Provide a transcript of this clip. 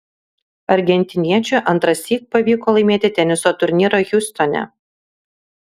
argentiniečiui antrąsyk pavyko laimėti teniso turnyrą hjustone